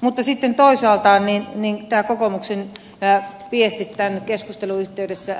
mutta sitten toisaalta kokoomuksen viesti tämän keskustelun yhteydessä